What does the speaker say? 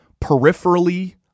peripherally